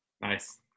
Nice